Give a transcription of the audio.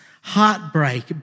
Heartbreak